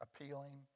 appealing